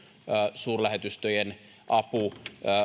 suurlähetystöjen apu